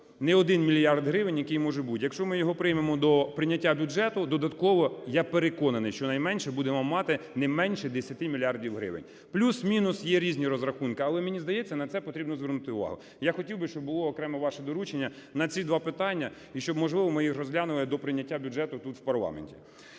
не один мільярд гривень, який може бути. Якщо ми його приймемо до прийняття бюджету, додатково, я переконаний, щонайменше будемо мати не менше 10 мільярдів гривень. Плюс-мінус. Є різні розрахунки, але мені здається, на це потрібно звернути увагу. Я хотів би, щоб було окремо ваше доручення на ці два питання і щоб, можливо, ми їх розглянули до прийняття бюджету тут в парламенті.